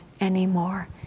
anymore